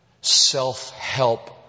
self-help